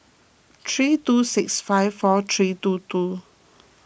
three two six five four three two two